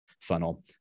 funnel